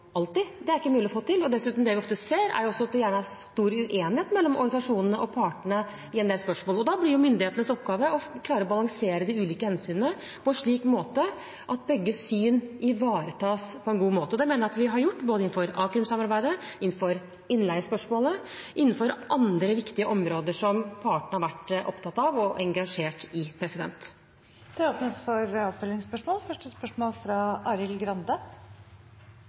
alltid – det er ikke mulig å få til. Og dessuten: Det vi ofte ser, er også at det gjerne er stor uenighet mellom organisasjonene og partene i en del spørsmål. Da blir myndighetenes oppgave å klare å balansere de ulike hensynene slik at begge syn ivaretas på en god måte. Det mener jeg at vi har gjort, både innenfor akrim-samarbeidet, innenfor innleiespørsmålet og innenfor andre viktige områder som partene har vært opptatt av og engasjert i. Det åpnes for oppfølgingsspørsmål – først Arild Grande.